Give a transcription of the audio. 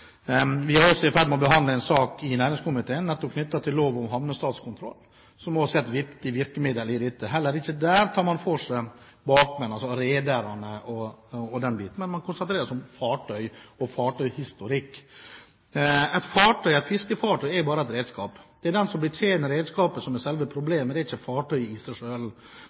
Vi er også i ferd med å behandle en sak i næringskomiteen nettopp knyttet til avtalen om havnestatskontroll, som også er et viktig virkemiddel i dette. Heller ikke der tar man for seg bakmennene – altså rederne og den biten – men man konsentrerer seg om fartøy og fartøyhistorikk. Et fiskefartøy er bare et redskap. Det er den som betjener redskapet, som er selve problemet. Det er ikke fartøyet i seg